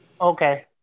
okay